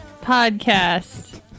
podcast